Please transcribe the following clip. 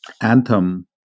Anthem